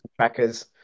trackers